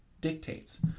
dictates